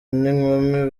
n’inkumi